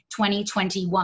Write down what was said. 2021